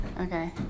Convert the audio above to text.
Okay